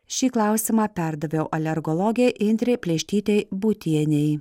šį klausimą perdaviau alergologei indrei plėštytei būtienei